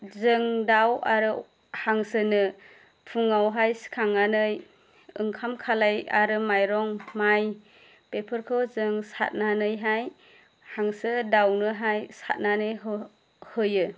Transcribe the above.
जों दाउ आरो हांसोनो फुङावहाय सिखांनानै ओंखाम खालाय आरो माइरं माय बेफोरखौ जों सारनानैहाय हांसो दाउनोहाय सारनानै ह होयो